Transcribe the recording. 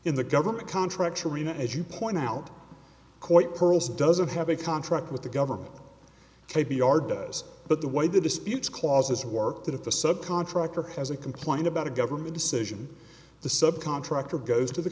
in the government contract arena as you point out quite perl's doesn't have a contract with the government k b r does but the way the disputes clauses work that if the sub contractor has a complaint about a government decision the subcontractor goes to the